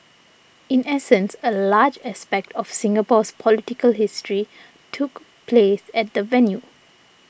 in essence a large aspect of Singapore's political history took place at that venue